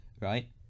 right